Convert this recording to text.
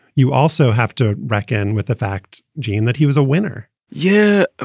you also have to reckon with the fact, gene, that he was a winner yeah.